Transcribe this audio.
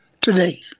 today